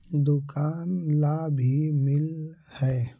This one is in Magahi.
दुकान ला भी मिलहै?